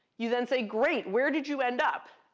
you then say, great, where did you end up?